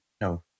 no